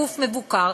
גוף מבוקר,